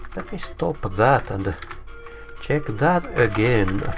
me stop that, and ah check that again.